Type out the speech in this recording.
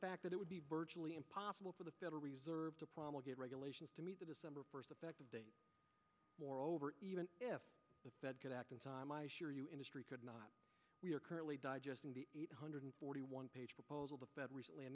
fact that it would be virtually impossible for the federal reserve to promulgated regulations to meet the december first effect moreover even if the fed could act in time i assure you industry could not we are currently digesting the eight hundred forty one page proposal the bed recently